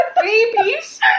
babies